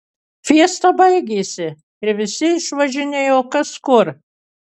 fiesta baigėsi ir visi išvažinėjo kas kur